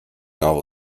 novel